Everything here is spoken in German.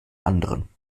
anderen